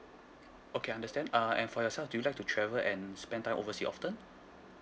okay understand uh and for yourself do you like to travel and spend time oversea often